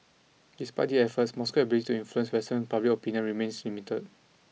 despite these efforts Moscow's ability to influence western public opinion remains limited